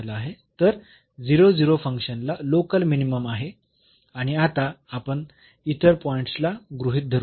तर फंक्शन ला local minimum आहे आणि आता आपण इतर पॉईंट्सला गृहीत धरू